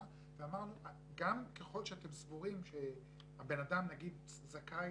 ואמרנו שככל שאתם סבורים שהבן אדם למשל זכאי